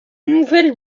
nouvelles